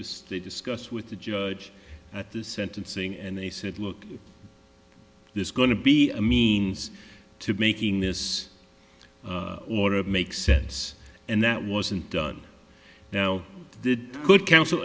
just they discussed with the judge at the sentencing and they said look there's going to be a means to making this order make sense and that wasn't done now did good counsel